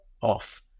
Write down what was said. off